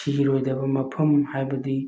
ꯁꯤꯔꯣꯏꯗꯕ ꯃꯐꯝ ꯍꯥꯏꯕꯗꯤ